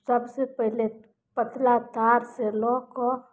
सबसँ पहिले पतला तारसँ लअ कऽ